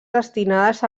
destinades